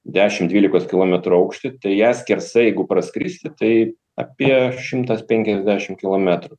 dešim dvylikos kilometrų aukšty tai ją skersai jeigu praskristi tai apie šimtas penkiasdešim kilometrų